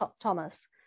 Thomas